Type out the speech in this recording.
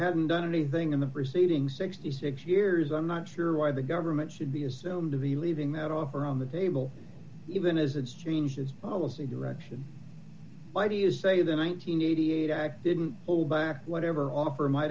hadn't done anything in the preceding sixty six years i'm not sure why the government should be assumed to be leaving that offer on the table even as it's changed its policy direction why do you say the nine hundred and eighty eight act didn't hold back whatever offer might